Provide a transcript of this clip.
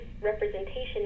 representation